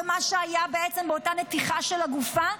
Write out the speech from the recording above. ומה שהיה בעצם באותה נתיחה של הגופה,